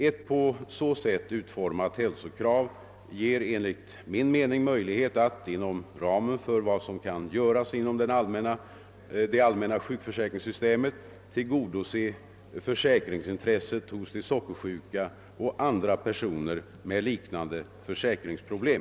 Ett på så sätt utformat hälsokrav ger enligt min mening möjlighet att — inom ramen för vad som kan göras inom det allmänna sjukförsäkringssystemet — tillgodose försäkringsintresset hos de sockersjuka och andra personer med liknande försäkringsproblem.